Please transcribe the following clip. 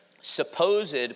supposed